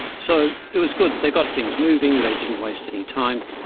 so it was good, they got things moving, they didn't waste any time.